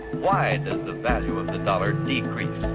why does the value of the dollar decrease